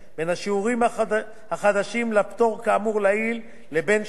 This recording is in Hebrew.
של הפטור כאמור לעיל לבין 35%. דהיינו,